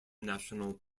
national